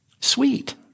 sweet